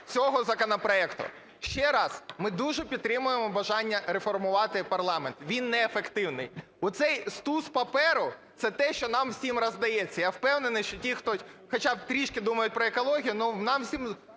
цього законопроекту. Ще раз, ми дуже підтримуємо бажання реформувати парламент, він неефективний. Оцей стос паперу – це те, що нам всім роздається. Я впевнений, що ті, хто хоча б трішки думають про екологію, ну, нам всім